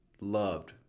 loved